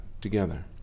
together